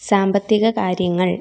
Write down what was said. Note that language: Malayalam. സാമ്പത്തിക കാര്യങ്ങൾ